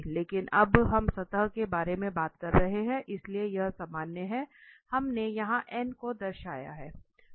लेकिन अब हम सतह के बारे में बात कर रहे हैं इसलिए यह सामान्य है हमने यहां को दर्शाया है